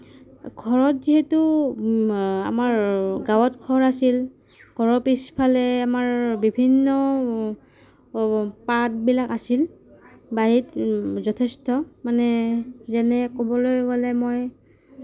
ঘৰত যিহেতু আমাৰ গাঁৱত ঘৰ আছিল ঘৰৰ পিছফালে আমাৰ বিভিন্ন পাতবিলাক আছিল বাৰীত যথেষ্ট মানে যেনে ক'বলৈ গ'লে মই